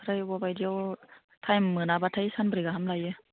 ओमफ्राय बबेबा बायदियाव टाइम मोनाबाथाय सानब्रै गाहाम लायो